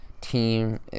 team